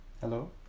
Hello